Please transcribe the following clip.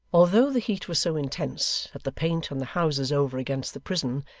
although the heat was so intense that the paint on the houses over against the prison,